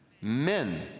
Men